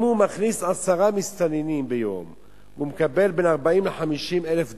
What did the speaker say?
אם הוא מכניס עשרה מסתננים ביום הוא מקבל בין 40,000 ל-50,000 דולר,